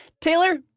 Taylor